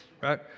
right